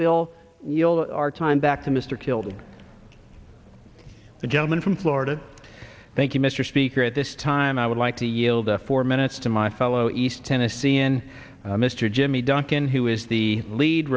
will our time back to mr killed the gentleman from florida thank you mr speaker at this time i would like to yield the four minutes to my fellow east tennessee and mr jimmy duncan who is the lead